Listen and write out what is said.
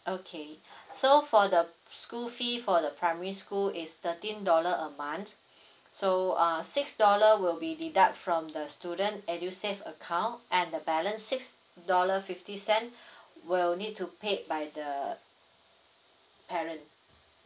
okay so for the school fee for the primary school is thirteen dollar a month so uh six dollar will be deduct from the student edusave account and the balance six dollar fifty cent will need to paid by the parent